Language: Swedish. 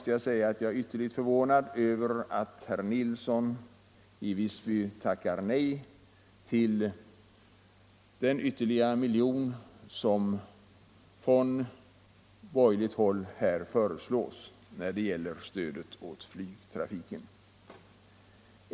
Jag är ytterst förvånad över att herr Nilsson i Visby tackar nej till den ytterligare miljon som från borgerligt håll föreslås när det gäller stödet till flygtrafiken.